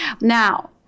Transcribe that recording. Now